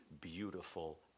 Beautiful